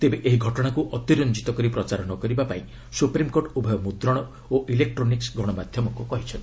ତେବେ ଏହି ଘଟଣାକୁ ଅତିରଞ୍ଜିତ କରି ପ୍ରଚାର ନ କରିବା ଲାଗି ସୁପ୍ରିମ୍କୋର୍ଟ ଉଭୟ ମୁଦ୍ରଣ ଓ ଇଲେକ୍କୋନିକ୍ ଗଣମାଧ୍ୟମକୁ କହିଛନ୍ତି